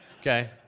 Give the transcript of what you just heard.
Okay